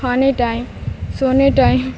کھانے ٹائم سونے ٹائم